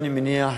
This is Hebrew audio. אני מניח,